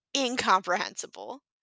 incomprehensible